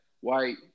white